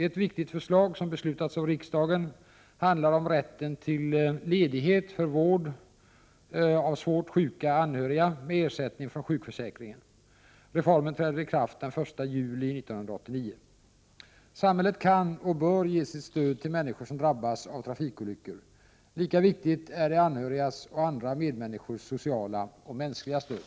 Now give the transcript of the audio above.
En viktig reform som beslutats av riksdagen handlar om rätten till ledighet för att vårda svårt sjuka anhöriga med ersättning från sjukförsäkringen. Reformen träder i kraft den 1 juli 1989. Samhället kan och bör ge sitt stöd till människor som drabbas av trafikolyckor. Lika viktigt är de anhörigas och andra medmänniskors sociala och mänskliga stöd.